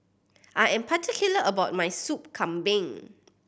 I am particular about my Soup Kambing